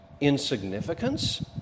insignificance